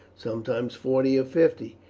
sometimes forty or fifty,